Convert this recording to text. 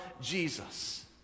Jesus